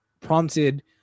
prompted